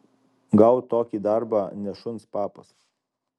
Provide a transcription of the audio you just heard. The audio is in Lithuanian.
gaut tokį darbą ne šuns papas